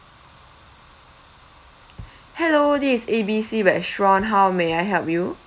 hello this is A B C restaurant how may I help you